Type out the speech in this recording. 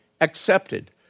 accepted